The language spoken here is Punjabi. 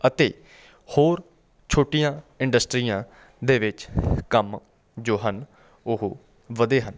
ਅਤੇ ਹੋਰ ਛੋਟੀਆਂ ਇੰਡਸਟਰੀਆਂ ਦੇ ਵਿੱਚ ਕੰਮ ਜੋ ਹਨ ਉਹ ਵਧੇ ਹਨ